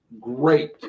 great